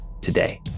today